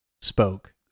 spoke